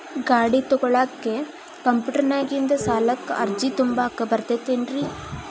ಗಾಡಿ ತೊಗೋಳಿಕ್ಕೆ ಕಂಪ್ಯೂಟೆರ್ನ್ಯಾಗಿಂದ ಸಾಲಕ್ಕ್ ಅರ್ಜಿ ತುಂಬಾಕ ಬರತೈತೇನ್ರೇ?